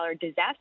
disaster